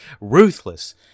ruthless